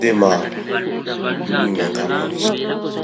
Tsy de maro. Dimy angamba ho tsi-[ka]